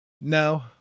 No